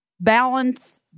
balance